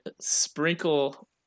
Sprinkle